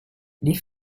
les